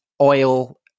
oil